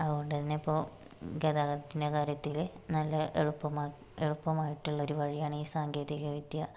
അതുകൊണ്ടുതന്നെ ഇപ്പോൾ ഗതാഗതത്തിന്റെ കാര്യത്തിൽ നല്ല എളുപ്പമാ എളുപ്പമായിട്ടുള്ളൊരു വഴിയാണ് ഈ സാങ്കേതികവിദ്യ